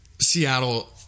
Seattle